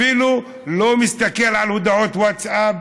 אפילו לא מסתכל על הודעות ווטסאפ